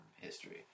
history